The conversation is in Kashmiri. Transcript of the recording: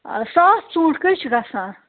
آ ساس ژوٗنٛٹھۍ کٔہۍ چھِ گژھان